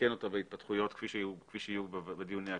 לעדכן אותו בהתפתחויות כפי שיהיו בדיוני הכנסת,